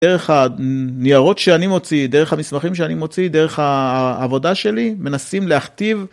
דרך הניירות שאני מוציא, דרך המסמכים שאני מוציא, דרך העבודה שלי, מנסים להכתיב.